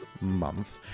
month